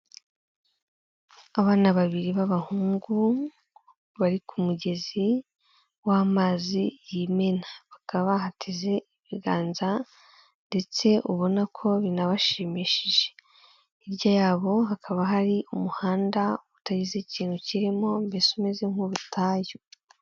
Abana babiri b'abahungu bari ku mugezi w'amazi yimena, bakaba bahateze ibiganza ndetse ubona ko binabashimishije, hirya yabo hakaba hari umuhanda utagize ikintu kirimo, mbese umeze nk'ubutayu.